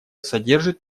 содержит